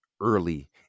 early